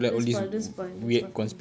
don't spoil don't spoil don't spoil for me